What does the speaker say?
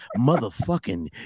motherfucking